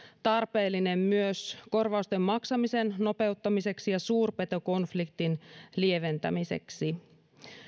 tarpeellinen myös korvausten maksamisen nopeuttamiseksi ja suurpetokonfliktin lieventämiseksi